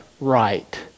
right